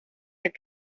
had